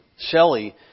Shelly